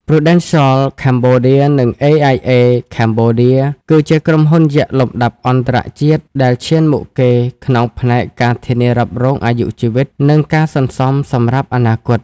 Prudential Cambodia និង AIA Cambodia គឺជាក្រុមហ៊ុនយក្សលំដាប់អន្តរជាតិដែលឈានមុខគេក្នុងផ្នែក ការធានារ៉ាប់រងអាយុជីវិត និងការសន្សំសម្រាប់អនាគត។